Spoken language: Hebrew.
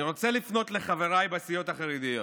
אני רוצה לפנות לחבריי בסיעות החרדיות: